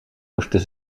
moesten